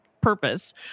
purpose